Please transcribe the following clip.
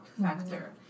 factor